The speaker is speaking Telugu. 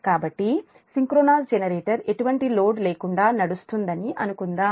కాబట్టి సింక్రోనస్ జనరేటర్ ఎటువంటి లోడ్ లేకుండా నడుస్తుందని అనుకుందాం